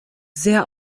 sehr